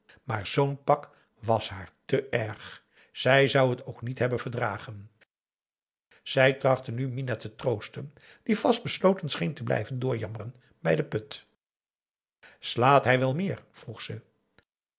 maar zoo'n pak was haar te erg zij zou het ook niet hebben verdragen zij trachtte nu minah te troosten die vastbesloten scheen te blijven doorjammeren bij den put slaat hij wel meer vroeg ze